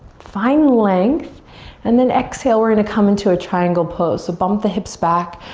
find length and then exhale, we're gonna come into a triangle pose. so bump the hips back,